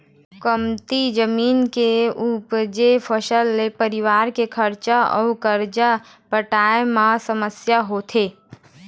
कमती जमीन के उपजे फसल ले परिवार के खरचा अउ करजा पटाए म समस्या होथे